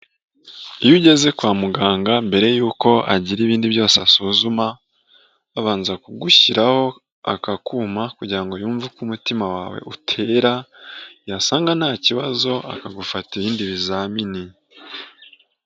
Iyo ugeze kwa muganga mbere yuko agira ibindi byose asuzuma, abanza kugushyiraho aka kuma kugira ngo yumve uko umutima wawe utera, yasanga ntakibazo akagufata ibindi bizamini.